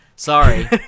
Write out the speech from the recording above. Sorry